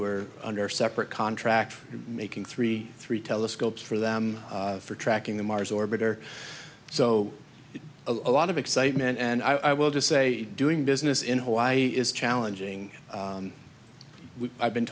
were under separate contract making three three telescopes for them for tracking the mars orbiter so a lot of excitement and i will just say doing business in hawaii is challenging i've been